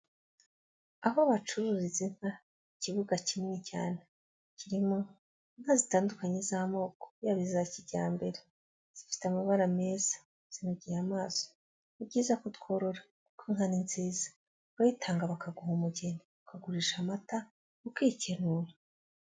Aho bacururiza inka, ikibuga kinini cyane kirimo inka zitandukanye z'amoko yaba iza kijyambere, zifite amabara meza, zinogeye amaso, ni byiza ko tworora kuko inka ni nziza, urayitanga bakaguha umugeni, ukagurisha amata, ukikenura.